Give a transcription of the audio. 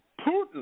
Putin